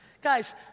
Guys